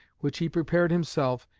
which he prepared himself,